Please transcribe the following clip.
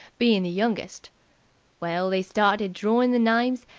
bein the youngest well, they started drawing the names,